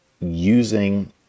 using